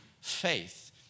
faith